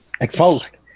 Exposed